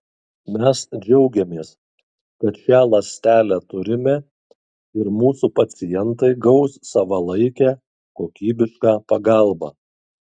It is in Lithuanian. mes džiaugiamės kad šią ląstelę turime ir mūsų pacientai gaus savalaikę kokybišką pagalbą